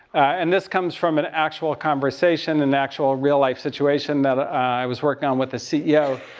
and this comes from an actual conversation, an actual real life situation that i was working on with a ceo.